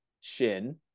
Shin